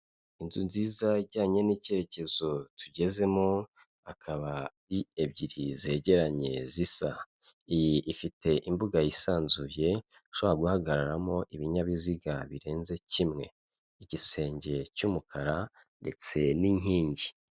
Inzu nziza ijyanye n'icyerekezo tugezemo, akaba ari ebyiri zegeranye zisa, iyi ifite imbuga yisanzuye, ishobora guhagararamo ibinyabiziga birenze kimwe, igisenge cy'umukara, ndetse n'inkingi.